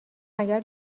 مگر